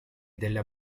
della